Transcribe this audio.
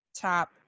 top